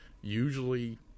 usually